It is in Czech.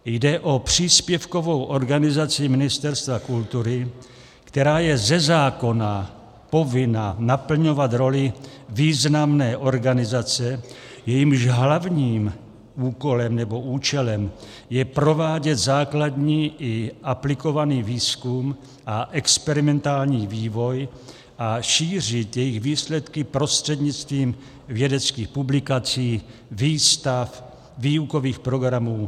Jde o příspěvkovou organizaci Ministerstva kultury, která je ze zákona povinna naplňovat roli významné organizace, jejímž hlavním úkolem nebo účelem je provádět základní i aplikovaný výzkum a experimentální vývoj a šířit její výsledky prostřednictvím vědeckých publikací, výstav, výukových programů, metodik.